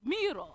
mirror